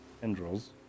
tendrils